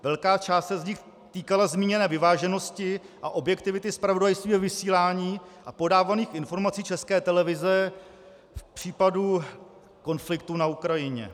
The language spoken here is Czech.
Velká část z nich se týkala zmíněné vyváženosti a objektivity zpravodajství ve vysílání a podávaných informací České televize v případu konfliktu na Ukrajině.